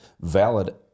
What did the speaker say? valid